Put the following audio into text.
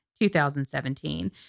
2017